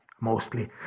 mostly